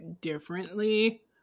differently